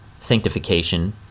Sanctification